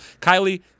Kylie